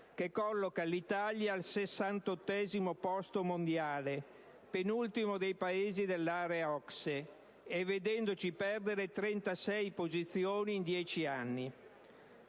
che colloca l'Italia al sessantottesimo posto mondiale, penultimo dei Paesi dell'area OCSE, con una perdita di 36 posizioni in dieci anni.